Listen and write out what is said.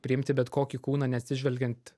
priimti bet kokį kūną neatsižvelgiant